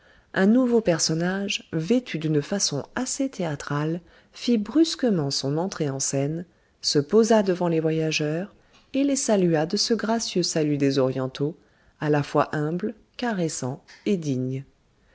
un nouveau personnage vêtu d'une façon assez théâtrale fit brusquement son entrée en scène se posa devant les voyageurs et les salua de ce gracieux salut des orientaux à la fois humble caressant et digne